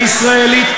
"הישראלית".